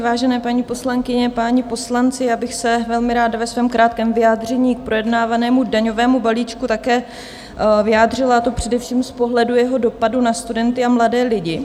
Vážené paní poslankyně, páni poslanci, já bych se velmi ráda ve svém krátkém vyjádření k projednávanému daňovému balíčku také vyjádřila, a to především z pohledu jeho dopadu na studenty a mladé lidi.